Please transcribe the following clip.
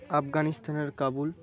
আফগানিস্তান আর কাবুল